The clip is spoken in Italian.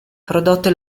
prodotte